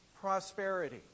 prosperity